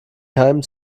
keimen